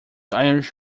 irish